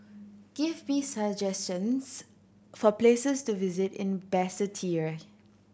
give me suggestions for places to visit in Basseterre